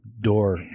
door